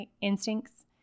instincts